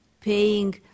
paying